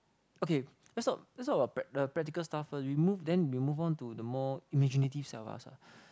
okay let's talk let's talk about prac~ the practical stuff first we move then we move on to the more imaginative side of us ah